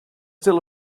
still